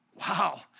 Wow